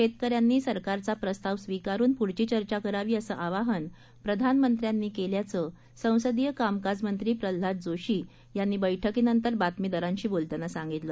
शेतकऱ्यांनी सरकारचा प्रस्ताव स्वीकारून पुढची चर्चा करावी असं आवाहन प्रधानमंत्र्यांनी केल्याचं संसदीय कामकाज मंत्री प्रल्हाद जोशी यांनी बैठकीनंतर बातमीदारांशी बोलताना सांगितलं